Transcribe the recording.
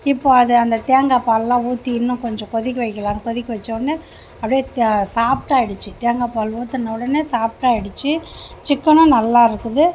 இப்போது அது அந்த தேங்காய் பால்லாம் ஊற்றி இன்னும் கொஞ்சம் கொதிக்க வைக்கலான்னு கொதிக்க வச்சவொடனே அப்படியே சாஃப்ட்டாகிடுச்சு தேங்காய் பால் ஊற்றின உடனே சாஃப்ட்டாகிடுச்சு சிக்கனும் நல்லா இருக்குது